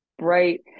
Right